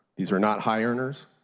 these are not high earners,